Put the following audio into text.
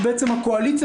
ובעצם הקואליציה,